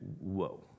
whoa